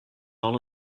all